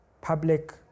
public